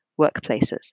workplaces